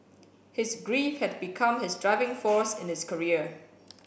his grief had become his driving force in his career